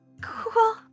cool